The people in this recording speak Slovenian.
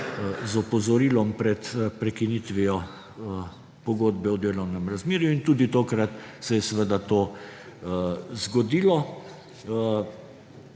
z opozorilom pred prekinitvijo pogodbe o delovnem razmerju in tudi tokrat se je to zgodilo,